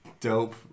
dope